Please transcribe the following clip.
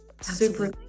super